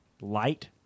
light